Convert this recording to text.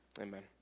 Amen